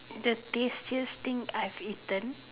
the tastiest thing I have eaten